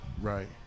Right